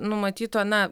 numatyto na